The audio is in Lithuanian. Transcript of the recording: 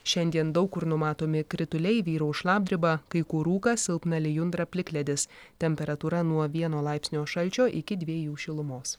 šiandien daug kur numatomi krituliai vyraus šlapdriba kai kur rūkas silpna lijundra plikledis temperatūra nuo vieno laipsnio šalčio iki dviejų šilumos